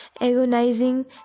agonizing